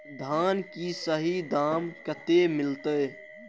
धान की सही दाम कते मिलते?